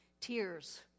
Tears